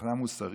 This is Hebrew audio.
מבחינה מוסרית,